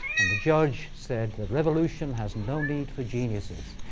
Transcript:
and the judge said, the revolution has no need for geniuses.